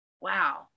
wow